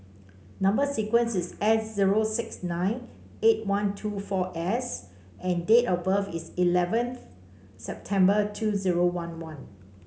number sequence is S zero six nine eight one two four S and date of birth is eleventh September two zero one one